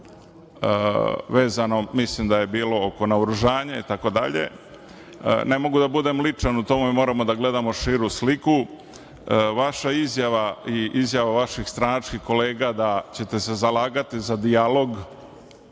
polemika, mislim da je bilo oko naoružanja itd, ne mogu da budem ličan u tome, moramo da gledamo širu sliku, vaša izjava i izjava vaših stranačkih kolega da ćete se zalagati za dijalog